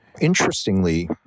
Interestingly